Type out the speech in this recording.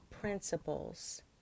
principles